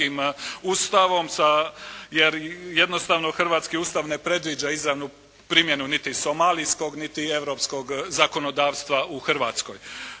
Ustavom, sa, jer jednostavno hrvatski Ustav ne predviđa izravnu primjenu niti somalijskog niti europskog zakonodavstva u Hrvatskoj.